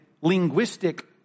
linguistic